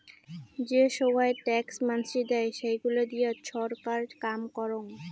যে সোগায় ট্যাক্স মানসি দেয়, সেইগুলা দিয়ে ছরকার কাম করং